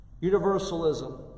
Universalism